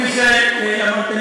כפי שאמרתי,